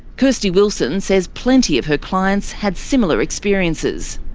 kairsty wilson says plenty of her clients had similar experiences.